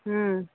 ହୁଁ